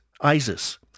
ISIS